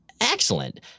Excellent